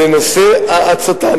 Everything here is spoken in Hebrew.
לנושא ההצתה,